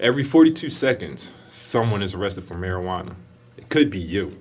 every forty two seconds someone is arrested for marijuana it could be you